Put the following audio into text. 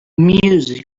music